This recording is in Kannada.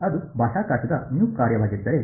ಅದು ಬಾಹ್ಯಾಕಾಶದ μ ಕಾರ್ಯವಾಗಿದ್ದರೆ